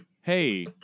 Hey